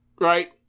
Right